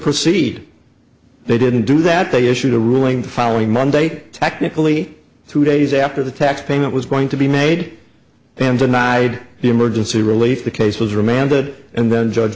proceed they didn't do that they issued a ruling the following monday technically two days after the tax payment was going to be made then denied the emergency relief the case was remanded and the judge